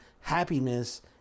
happiness